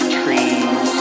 trees